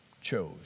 chose